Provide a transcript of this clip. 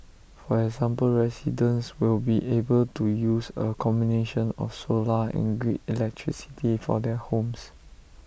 for example residents will be able to use A combination of solar and grid electricity for their homes